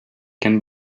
can